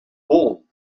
old